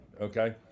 Okay